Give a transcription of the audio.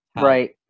Right